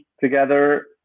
together